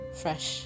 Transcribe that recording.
fresh